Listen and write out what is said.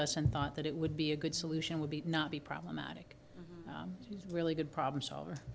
us and thought that it would be a good solution would be to not be problematic it's really good problem solver